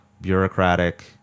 bureaucratic